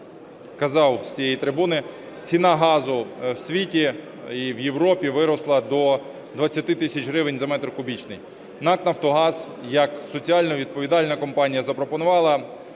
казав з цієї трибуни, ціна газу в світі і в Європі виросла до 20 тисяч гривень за метр кубічний. НАК "Нафтогаз" як соціально відповідальна компанія запропонувала